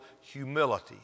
humility